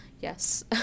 Yes